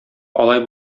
алай